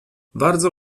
bardzo